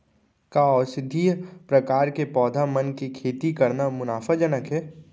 का औषधीय प्रकार के पौधा मन के खेती करना मुनाफाजनक हे?